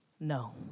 No